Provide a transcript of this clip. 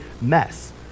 mess